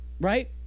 right